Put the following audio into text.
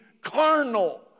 carnal